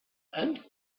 and